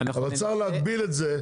אבל אני רוצה להגביל את זה,